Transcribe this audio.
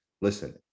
listen